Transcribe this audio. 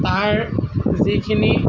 তাৰ যিখিনি